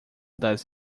das